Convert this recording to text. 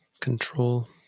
Control